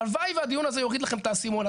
הלוואי והדיון הזה יוריד לכם את האסימון,